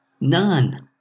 None